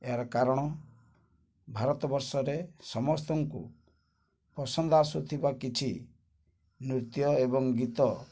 ଏହାର କାରଣ ଭାରତବର୍ଷରେ ସମସ୍ତଙ୍କୁ ପସନ୍ଦ ଆସୁଥିବା କିଛି ନୃତ୍ୟ ଏବଂ ଗୀତ